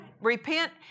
Repent